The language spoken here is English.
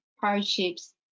hardships